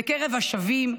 בקרב השבים,